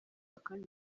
kandi